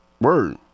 word